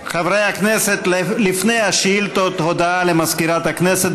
חברי הכנסת, לפני השאילתות, הודעה למזכירת הכנסת.